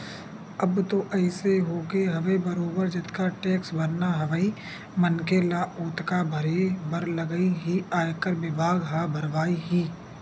अब तो अइसे होगे हवय बरोबर जतका टेक्स भरना हवय मनखे ल ओतका भरे बर लगही ही आयकर बिभाग ह भरवाही ही